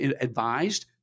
advised